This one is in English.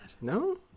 No